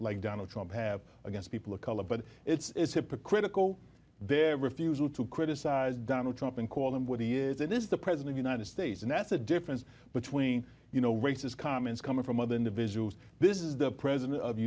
like donald trump have against people of color but it's hypocritical their refusal to criticize donald trump and call him what he is that is the president united states and that's the difference between you know racist comments coming from other individuals this is the president of